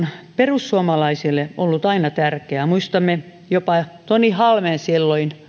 perussuomalaisille ollut aina tärkeä muistamme jopa tony halmeen silloin